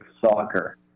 soccer